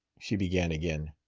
she began again.